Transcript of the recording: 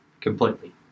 completely